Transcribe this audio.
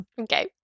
Okay